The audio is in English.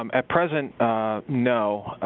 um at present, no.